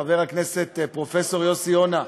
חבר הכנסת פרופסור יוסי יונה.